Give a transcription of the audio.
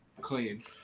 clean